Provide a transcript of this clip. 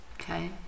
Okay